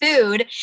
food